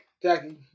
Jackie